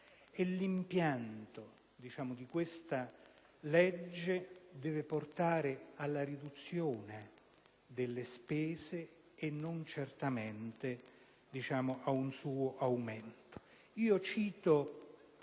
e l'impianto di questa legge deve portare alla riduzione delle spese e non certamente ad un loro aumento. Cito